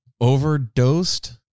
overdosed